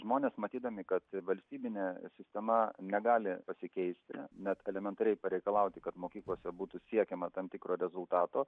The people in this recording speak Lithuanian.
žmonės matydami kad valstybinė sistema negali pasikeisti net elementariai pareikalauti kad mokyklose būtų siekiama tam tikro rezultato